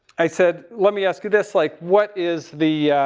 i said, let me ask you this. like what is the,